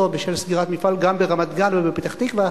בשל סגירת מפעל גם ברמת-גן או בפתח-תקווה,